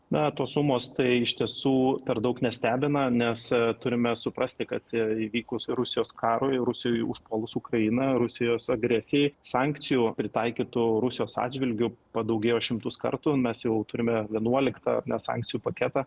na tos sumos tai iš tiesų per daug nestebina nes turime suprasti kad įvykus rusijos karui rusijai užpuolus ukrainą rusijos agresijai sankcijų pritaikytų rusijos atžvilgiu padaugėjo šimtus kartų mes jau turime vienuoliktą ne sankcijų paketą